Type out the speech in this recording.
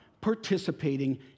participating